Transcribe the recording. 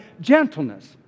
gentleness